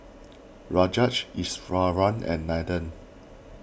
Rajat Iswaran and Nathan